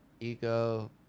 ego